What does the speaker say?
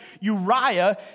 Uriah